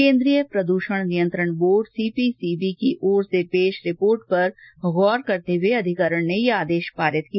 केन्द्रीय प्रदूषण नियंत्रण बोर्ड सीपीसीबी की ओर से पेश रिपोर्ट पर गौर करते हुए अधिकरण ने यह आदेश पारित किया